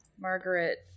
Margaret